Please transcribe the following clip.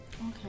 Okay